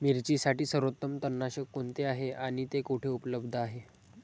मिरचीसाठी सर्वोत्तम तणनाशक कोणते आहे आणि ते कुठे उपलब्ध आहे?